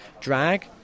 drag